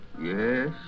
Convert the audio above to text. Yes